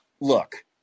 look